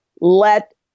let